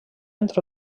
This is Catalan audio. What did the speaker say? entre